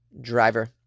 driver